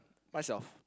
what's your